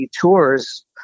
tours